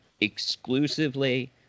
exclusively